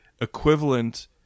equivalent